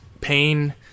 pain